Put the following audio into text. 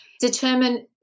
determine